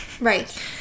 Right